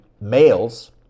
males